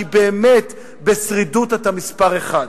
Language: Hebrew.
כי באמת בשרידות אתה מספר אחת.